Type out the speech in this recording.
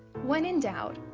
when in doubt,